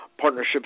Partnerships